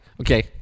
Okay